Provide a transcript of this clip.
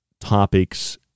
topics